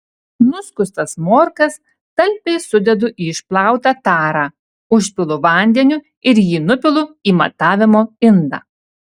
nuskustas morkas talpiai sudedu į išplautą tarą užpilu vandeniu ir jį nupilu į matavimo indą